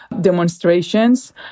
demonstrations